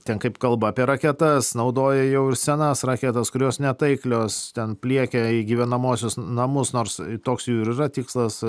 ten kaip kalba apie raketas naudoja jau ir senas raketas kurios netaiklios ten pliekia į gyvenamuosius namus nors toks jų ir yra tikslas